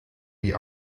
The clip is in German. die